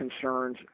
concerns